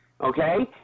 okay